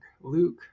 Luke